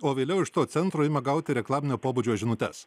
o vėliau iš to centro ima gauti reklaminio pobūdžio žinutes